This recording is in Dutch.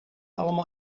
allemaal